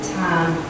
time